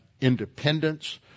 independence